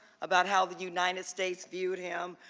about how the united states viewed him,